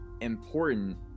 important